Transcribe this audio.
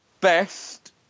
Best